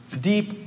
deep